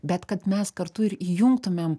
bet kad mes kartu ir įjungtumėm